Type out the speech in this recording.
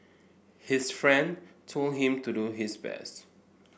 his friend told him to do his best